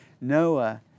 Noah